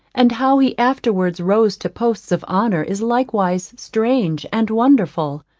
and how he afterwards rose to posts of honour is likewise strange and wonderful.